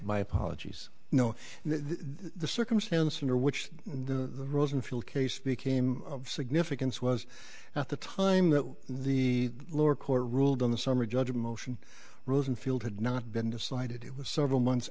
my apologies no this circumstance under which the rosenfield case became of significance was at the time that the lower court ruled in the summer judge a motion rosenfield had not been decided it was several months